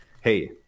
hey